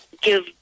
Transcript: give